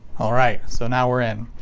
alright, so now we're in.